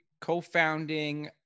co-founding